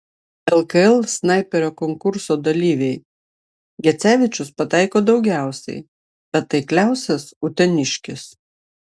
lkl snaiperio konkurso dalyviai gecevičius pataiko daugiausiai bet taikliausias uteniškis